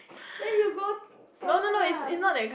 then you go toilet lah